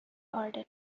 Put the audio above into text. arden